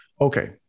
okay